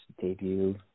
debut